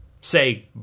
say